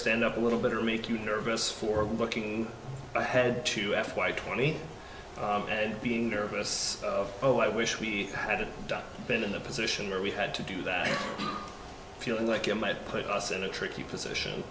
stand up a little bit or make you nervous for looking ahead to f y twenty and being nervous of oh i wish we had been in the position where we had to do that feeling like it might put us in a tricky position